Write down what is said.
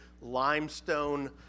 limestone